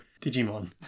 Digimon